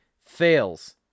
fails